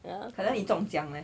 可能你中奖 leh